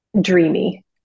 dreamy